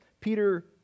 Peter